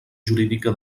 jurídica